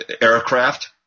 aircraft